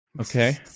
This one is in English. Okay